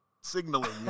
signaling